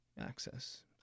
access